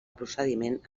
procediment